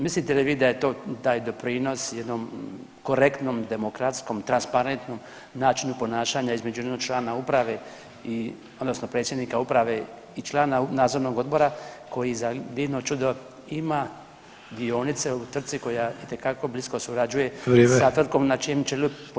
Mislite li vi da je to taj doprinos jednom korektnom demokratskom, transparentnom načinu ponašanja između jednog člana uprave i, odnosno predsjednika uprave i člana nadzornog odbora, koji za divno čudo ima dionice u tvrtci koja itekako blisko surađuje i sa tvrtkom [[Upadica: Vrijeme.]] na čijim ... po njemu je ovca.